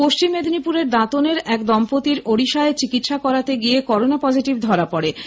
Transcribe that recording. পশ্চিম মেদিনীপুরের দাঁতনে এক দম্পতির ওড়িশায় চিকিৎসা করাতে গিয়ে করোনা পজিটিভ ধরা পড়েছে